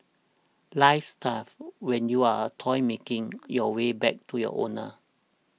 life's tough when you are a toy making your way back to your owner